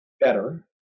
better